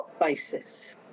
basis